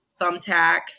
Thumbtack